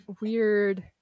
weird